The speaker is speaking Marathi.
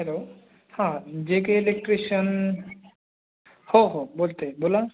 हॅलो हां जे के इलेक्ट्रिशियन हो हो बोलतो आहे बोला